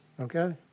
okay